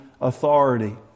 authority